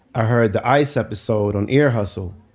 i heard the ice episode on ear hustle.